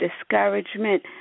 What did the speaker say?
discouragement